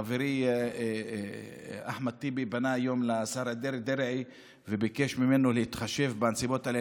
חברי אחמד טיבי פנה היום לשר דרעי וביקש ממנו להתחשב בנסיבות האלה.